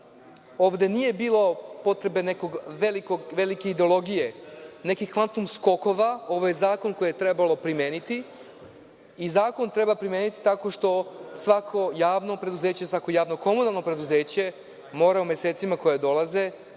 Ovde nije bilo potrebe za nekom velikom ideologijom, nekih kvantum skokova. Ovo je zakon koji treba primeniti. Zakon treba primeniti tako što svako javno preduzeće, svako javno komunalno preduzeće mora u mesecima koji dolaze,